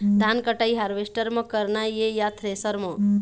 धान कटाई हारवेस्टर म करना ये या थ्रेसर म?